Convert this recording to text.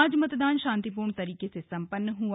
आज मतदान शांतिपूर्ण तरीके से संपन्न हो गया